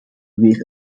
weer